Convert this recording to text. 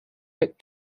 bit